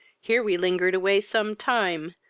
here we lingered away some time,